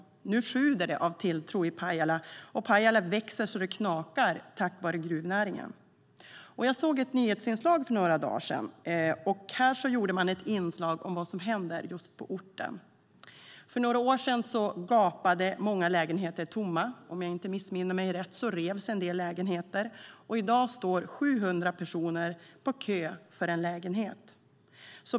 Nu sjuder det av tilltro i Pajala. Tack vare gruvnäringen växer Pajala så det knakar. Jag såg ett nyhetsinslag för några dagar sedan om vad som händer på orten. För några år sedan gapade många lägenheter tomma; om jag inte missminner mig revs en del lägenheter. I dag står 700 personer i kö för en lägenhet.